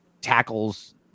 tackles